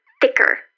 thicker